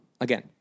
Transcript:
Again